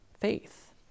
faith